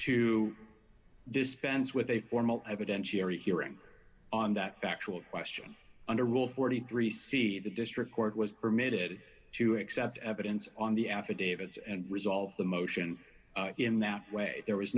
to dispense with a formal evidentiary hearing on that factual question under rule forty three c the district court was permitted to accept evidence on the affidavits and resolve the motion in that way there was